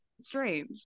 strange